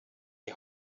die